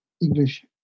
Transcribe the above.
English